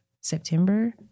September